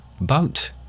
boat